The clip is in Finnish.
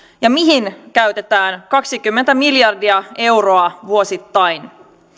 ja mihin käytetään kaksikymmentä miljardia euroa vuosittain